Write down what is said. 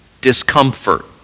Discomfort